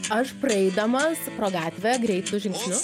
aš praeidamas pro gatvę greitu žingsniu